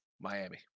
Miami